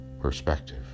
perspective